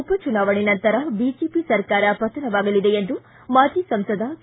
ಉಪಚುನಾವಣೆ ನಂತರ ಬಿಜೆಪಿ ಸರ್ಕಾರ ಪತನವಾಗಲಿದೆ ಎಂದು ಮಾಜಿ ಸಂಸದ ಕೆ